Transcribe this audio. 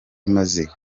imaze